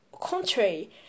contrary